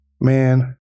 man